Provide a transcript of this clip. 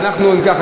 אם כך,